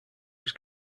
was